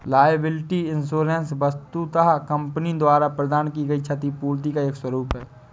liability insurance वस्तुतः company द्वारा प्रदान की गई क्षतिपूर्ति का एक स्वरूप है